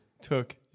took